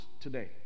today